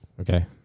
okay